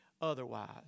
otherwise